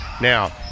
Now